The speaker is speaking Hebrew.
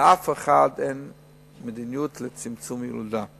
לאף אחד אין מדיניות לצמצום הילודה.